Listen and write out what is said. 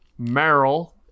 meryl